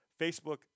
Facebook